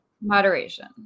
moderation